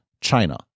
China